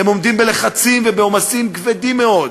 הם עומדים בלחצים ובעומסים כבדים מאוד.